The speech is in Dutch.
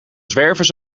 zwervers